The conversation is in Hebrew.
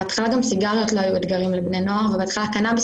בהתחלה גם סיגריות לא היו אתגרים לבני נוער ובהתחלה גם קנביס